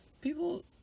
people